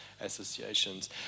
associations